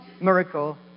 miracle